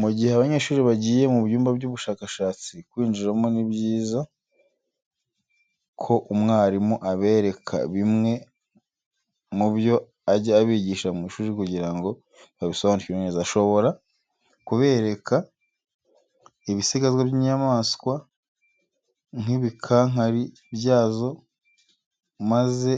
Mu gihe abanyeshuri bagiye mu byumba by'ubushakashatsi kwinjiramo ni byiza ko umwarimu abereka bimwe mu byo ajya abigisha mu ishuri kugira ngo babisobanukirwe neza. Ashobora kubereka ibisigazwa by'inyamaswa nk'ibikankari byazo maze